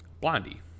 Blondie